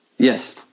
Yes